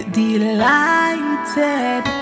delighted